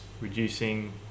reducing